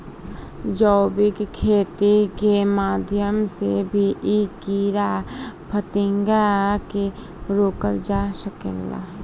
जैविक खेती के माध्यम से भी इ कीड़ा फतिंगा के रोकल जा सकेला